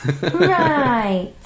Right